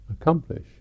accomplish